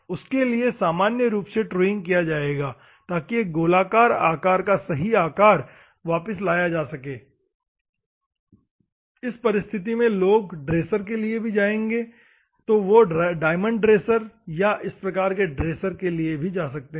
उस उद्देश्य के लिए सामान्य रूप से ट्रूइंग किया जाएगा ताकि एक गोलाकार आकार का सही आकार वापस लाया जा सके इस परिस्थिति में लोग ड्रेसर के लिए भी जाएंगे और वे डायमंड ड्रेसर या इस प्रकार के ड्रेसर के लिए जा सकते हैं